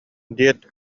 диэт